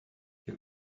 you